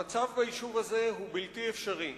המצב ביישוב הזה הוא בלתי אפשרי.